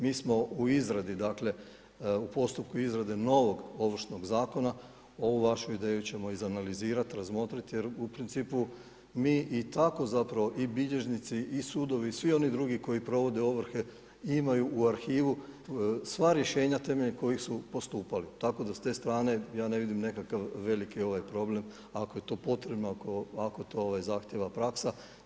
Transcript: Mi smo u izradi dakle u postupku izrade novog Ovršnog zakona, ovu vašu ideju ćemo izanalizirati, razmotriti jer u principu mi i tako i bilježnici i sudovi i svi oni drugi koji provode ovrhe imaju u arhivu sva rješenja temeljem koji su postupali tako da s te strane ja ne vidim nekakav problem ako je to potrebno ako to zahtjeva praksa.